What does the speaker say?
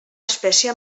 espècie